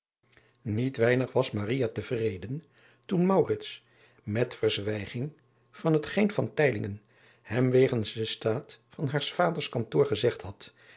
iet weinig was tevreden toen met verzwijging van het geen hem wegens den staat van haars vaders kantoor gezegd had